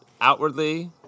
outwardly